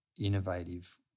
innovative